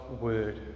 word